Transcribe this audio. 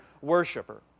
worshiper